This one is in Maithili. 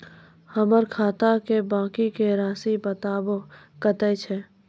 हमर खाता के बाँकी के रासि बताबो कतेय छै?